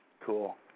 Cool